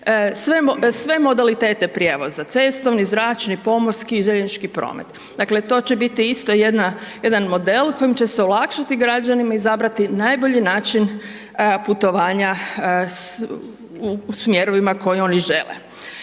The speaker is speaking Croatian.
sve modalitete prijevoza, cestovni, zračni, pomorski i željeznički promet. Dakle to će biti isto jedan model kojim će se olakšati građanima i izabrati najbolji način putovanja u smjerovima koje oni žele.